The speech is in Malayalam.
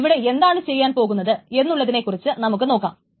ഇനി ഇവിടെ എന്താണ് ചെയ്യാൻ പോകുന്നത് എന്നുള്ളതിനെ കുറിച്ച് നമുക്ക് നോക്കാം